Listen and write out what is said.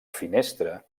finestra